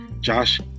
Josh